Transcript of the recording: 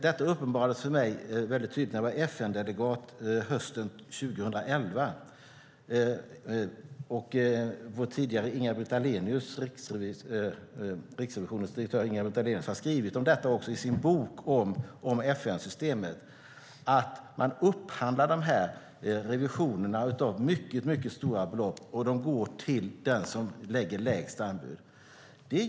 Det uppenbarades tydligt för mig när jag var FN-delegat hösten 2011. Riksrevisionens tidigare direktör Inga-Britt Ahlenius har också skrivit om FN-systemet i sin bok och om hur man upphandlar revisionerna av mycket stora belopp och att de går till den som lägger det lägsta anbudet.